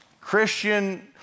Christian